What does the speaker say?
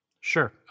Sure